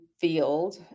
field